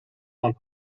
van